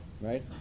right